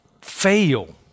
fail